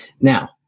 Now